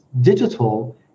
digital